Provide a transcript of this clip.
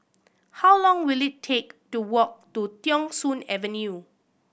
how long will it take to walk to Thong Soon Avenue